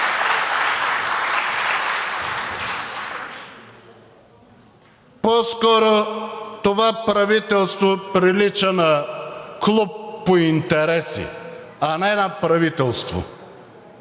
По-скоро това правителство прилича на „Клуб по интереси“, а не на правителство.